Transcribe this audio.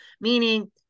meaning